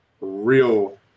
real